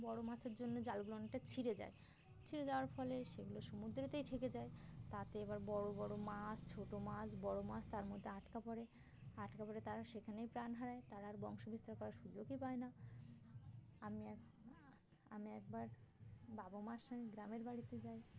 বড় মাছের জন্য জালগুলো অনেকটা ছিঁড়ে যায় ছিঁড়ে যাওয়ার ফলে সেগুলো সমুদ্রেতেই থেকে যায় তাতে এবার বড় বড় মাছ ছোটো মাছ বড় মাছ তার মধ্যে আটকা পড়ে আটকা পরে তারা সেখানেই প্রাণ হারায় তারা আর বংশ বিস্তার করার সুযোগই পায় না আমি এক আমি একবার বাবা মার সঙ্গে গ্রামের বাড়িতে যাই